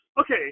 Okay